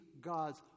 God's